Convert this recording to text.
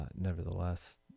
nevertheless